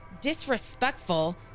disrespectful